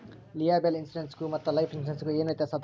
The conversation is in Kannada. ಲಿಯೆಬಲ್ ಇನ್ಸುರೆನ್ಸ್ ಗು ಮತ್ತ ಲೈಫ್ ಇನ್ಸುರೆನ್ಸ್ ಗು ಏನ್ ವ್ಯಾತ್ಯಾಸದ?